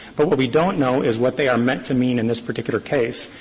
but what we don't know is what they are meant to mean in this particular case.